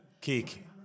Kick